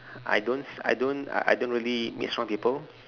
I don't s~ I don't uh I don't really mix around people